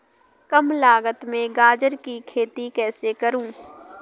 कम लागत में गाजर की खेती कैसे करूँ?